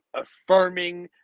affirming